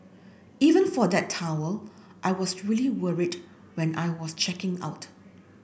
even for that towel I was really worried when I was checking out